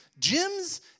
gyms